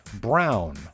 Brown